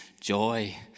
Joy